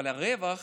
אבל הרווח